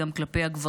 וגם כלפי הגברים,